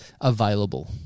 available